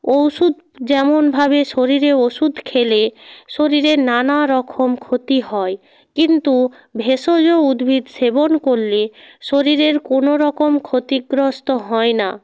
ওষুধ যেমনভাবে শরীরে ওষুধ খেলে শরীরের নানা রকম ক্ষতি হয় কিন্তু ভেষজ উদ্ভিদ সেবন করলে শরীরের কোনো রকম ক্ষতিগ্রস্ত হয় না